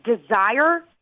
desire